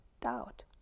doubt